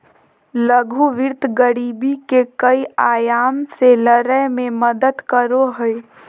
लघु वित्त गरीबी के कई आयाम से लड़य में मदद करो हइ